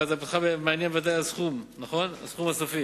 אבל אותך מעניין הסכום הסופי,